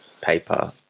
paper